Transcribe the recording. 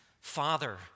father